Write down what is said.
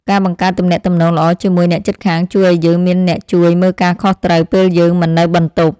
ការបង្កើតទំនាក់ទំនងល្អជាមួយអ្នកជិតខាងជួយឱ្យយើងមានអ្នកជួយមើលការខុសត្រូវពេលយើងមិននៅបន្ទប់។